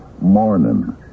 Morning